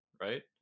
right